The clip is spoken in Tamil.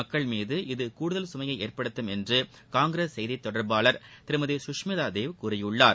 மக்கள் மீது இது கூடுதல் சுமையை ஏற்படுத்தும் என்று காங்கிரஸ் செய்தி தொடர்பாளர் திருமதி குஷ்மிதா தேவ் கூறியுள்ளார்